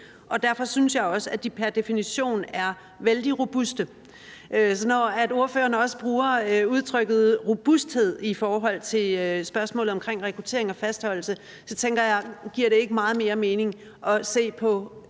derfor synes jeg også, at de pr. definition er vældig robuste. Så når ordføreren også bruger udtrykket robusthed i forhold til spørgsmålet omkring rekruttering og fastholdelse, tænker jeg, om det ikke giver meget mere mening at se på